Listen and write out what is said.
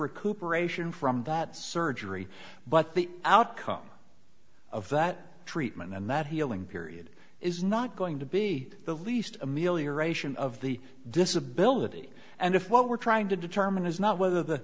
recuperation from that surgery but the outcome of that treatment and that healing period is not going to be the least amelioration of the disability and if what we're trying to determine is not whether the